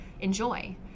enjoy